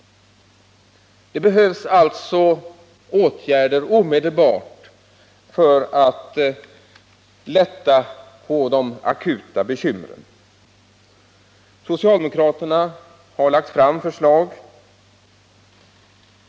Man måste alltså vidta omedelbara åtgärder för att lätta på de akuta bekymren. Socialdemokraterna har lagt fram förslag.